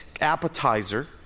appetizer